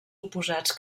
oposats